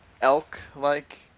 Elk-like